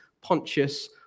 Pontius